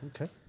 Okay